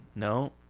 No